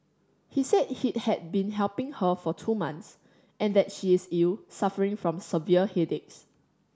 he said he had been helping her for two months and that she is ill suffering from severe headaches